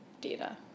data